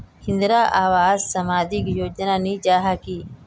इंदरावास सामाजिक योजना नी जाहा की?